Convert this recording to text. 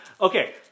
Okay